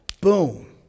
boom